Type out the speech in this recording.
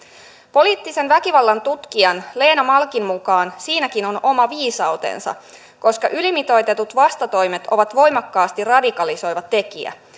poliittisen väkivallan tutkijan leena malkin mukaan siinäkin on oma viisautensa koska ylimitoitetut vastatoimet ovat voimakkaasti radikalisoiva tekijä